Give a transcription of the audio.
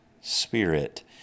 Spirit